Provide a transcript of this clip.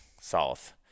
south